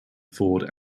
ford